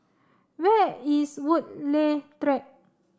where is Woodleigh